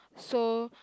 so